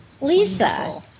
Lisa